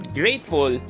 grateful